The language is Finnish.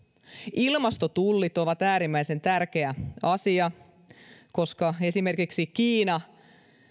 ilmastotullit ovat äärimmäisen tärkeä asia koska esimerkiksi kiina